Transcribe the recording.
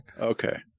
Okay